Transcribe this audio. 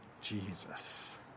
Jesus